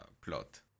plot